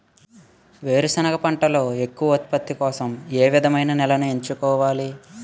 వేరుసెనగ పంటలో ఎక్కువ ఉత్పత్తి కోసం ఏ విధమైన నేలను ఎంచుకోవాలి?